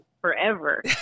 forever